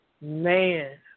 man